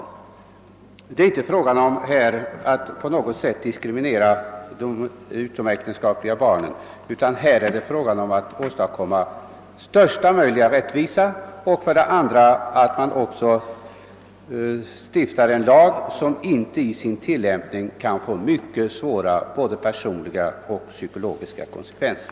Här är det inte fråga om att på något sätt diskriminera de utomäktenskapliga barnen, utan strävan är att för det första åstadkomma största möjliga rättvisa och för det andra stifta en lag där man vill undvika att den i sin tillämpning för vissa personer kan få svåra personliga och psykologiska konsekvenser.